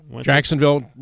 Jacksonville